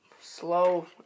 slow